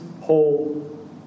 whole